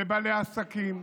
לבעלי עסקים,